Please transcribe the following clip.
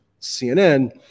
cnn